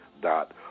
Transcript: dot